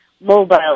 mobile